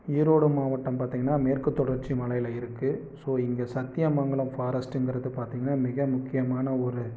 ஈரோடு மாவட்டம் பாத்தீங்கன்னா மேற்குத் தொடர்ச்சி மலையில இருக்கு ஸோ இங்க சத்திய மங்களம் ஃபாரஸ்ட்ங்கிறது பாத்தீங்கன்னா மிக முக்கியமான ஒரு